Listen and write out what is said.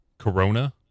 Corona